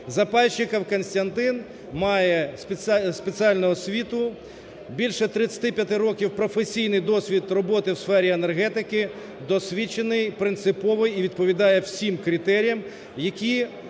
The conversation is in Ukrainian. Запайщиков Костянтин має спеціальну освіту, більше 35 років - професійний досвід роботи в сфері енергетики. Досвідчений, принциповий і відповідає всім критеріям, які